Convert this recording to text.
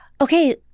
okay